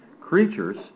creatures